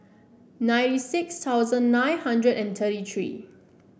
nine six thousand nine hundred and thirty three